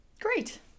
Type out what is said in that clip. Great